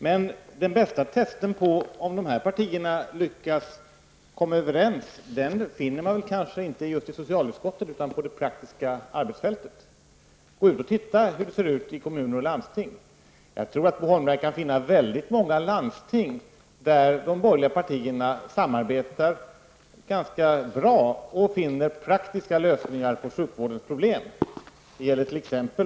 Men den bästa testen på hur dessa partier lyckas komma överens finner vi kanske inte i socialutskottet utan på det praktiska arbetsfältet. Gå ut och se hur det ser ut i kommuner och landsting. Jag tror att Bo Holmberg finner väldigt många landsting där de borgerliga partierna samarbetar ganska bra och finner praktiska lösningar på sjukvårdens problem.